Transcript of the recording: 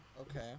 Okay